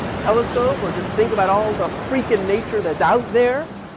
telescope? or just think about all the freaking nature that's out there?